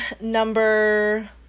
number